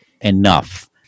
enough